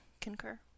Concur